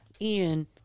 Ian